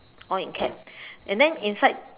all in caps and then inside